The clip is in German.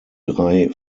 drei